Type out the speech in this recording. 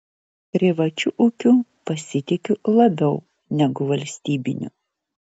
privačiu ūkiu pasitikiu labiau negu valstybiniu